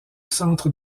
centre